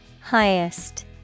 Highest